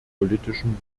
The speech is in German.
politischen